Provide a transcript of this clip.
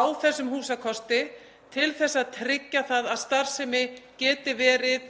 á þessum húsakosti til að tryggja að starfsemi geti verið